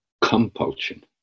compulsion